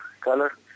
color